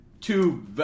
Two